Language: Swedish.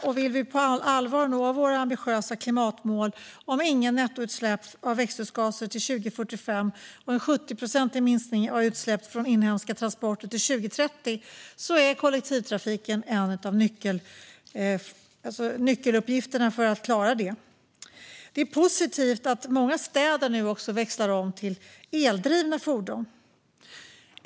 Om vi på allvar vill nå våra ambitiösa klimatmål om inga nettoutsläpp av växthusgaser 2045 och en 70-procentig minskning av utsläpp från inhemska transporter till 2030 har kollektivtrafiken en nyckeluppgift i att klara detta. Det är positivt att många städer nu växlar om till eldrivna fordon.